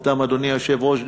אדוני היושב-ראש,